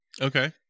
okay